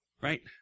right